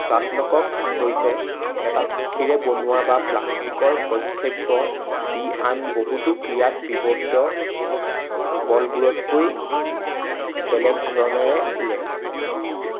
shuttlecock হৈছে এটা পাখিৰে বনোৱা বা প্লাষ্টিকৰ প্ৰক্ষেপ্য যি আন বহুতো ক্ৰীড়াত ব্যৱহৃত বলবোৰতকৈ বেলেগ ধৰণেৰে উৰে